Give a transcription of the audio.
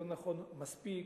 יותר נכון מספיק,